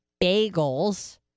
bagels